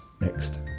next